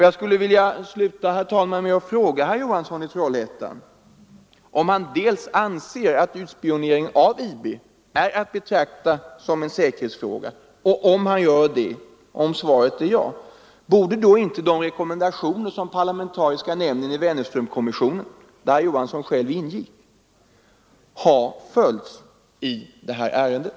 Jag skulle vilja sluta, herr talman, med två frågor till herr Johansson i Trollhättan: Anser herr Johansson att utspionering av IB är att betrakta som en säkerhetsfråga? Om svaret är ja, borde då inte de rekommendationer som lämnades av den parlamentariska nämnden i Wennerströmaffären, där herr Johansson själv ingick, ha följts i det här ärendet?